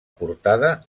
portada